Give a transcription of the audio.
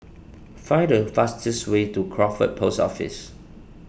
find the fastest way to Crawford Post Office